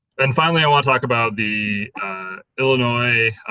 and finally i want to talk about the illinois